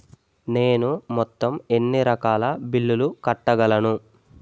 నేను మొత్తం ఎన్ని రకాల బిల్లులు కట్టగలను?